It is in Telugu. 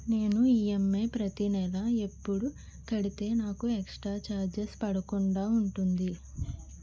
నేను ఈ.ఎమ్.ఐ ప్రతి నెల ఎపుడు కడితే నాకు ఎక్స్ స్త్ర చార్జెస్ పడకుండా ఉంటుంది?